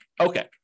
Okay